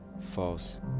false